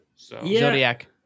Zodiac